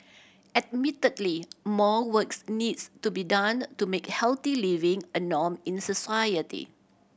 admittedly more works needs to be done to make healthy living a norm in society